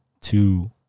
two